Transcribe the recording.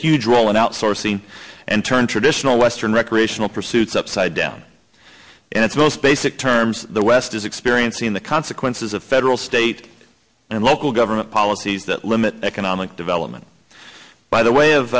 huge role in outsourcing and turn traditional western recreational pursuits upside down and its most basic terms the west is experiencing the consequences of federal state and local government policies that limit economic development by the way